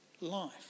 life